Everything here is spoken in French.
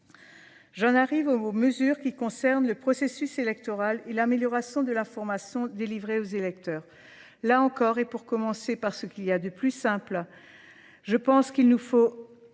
J'en arrive aux mesures qui concernent le processus électoral et l'amélioration de la formation délivrée aux électeurs. Là encore, et pour commencer par ce qu'il y a de plus simple, je pense qu'il nous faut